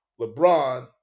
LeBron